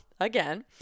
again